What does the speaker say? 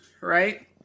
right